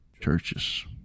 churches